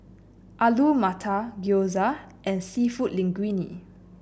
Alu Matar Gyoza and seafood Linguine